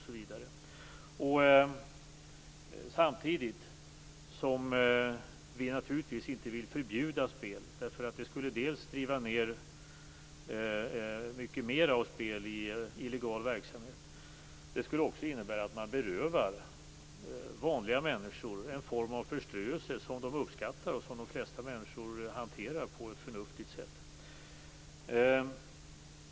Samtidigt vill vi naturligtvis inte förbjuda spel därför att det skulle dra med mycket mer av spel in i illegal verksamhet. Det skulle också innebära att man berövade vanliga människor en form av förströelse som de uppskattar och som de flesta människor hanterar på ett förnuftigt sätt.